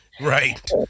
Right